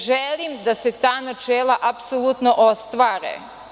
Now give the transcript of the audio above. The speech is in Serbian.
Želim da se ta načela apsolutno ostvare.